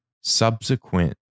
subsequent